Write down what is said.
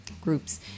groups